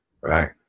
right